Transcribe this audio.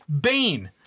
Bane